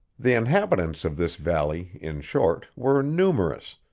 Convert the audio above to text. the inhabitants of this valley, in short, were numerous,